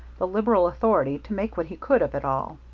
the liberal authority, to make what he could of it all.